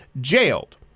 jailed